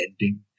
ending